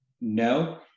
No